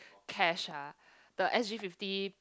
cash ah the S_G fifty